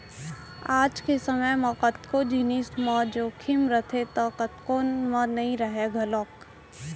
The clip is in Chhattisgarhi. आज के समे म कतको जिनिस म जोखिम रथे तौ कतको म नइ राहय घलौक